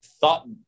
thought